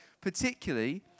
particularly